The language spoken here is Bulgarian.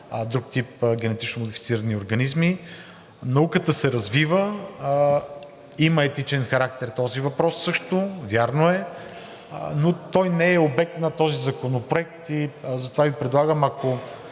друг тип генетично модифицирани организми. Науката се развива. Има етичен характер този въпрос също – вярно е, но той не е обект на този законопроект. Затова Ви предлагам,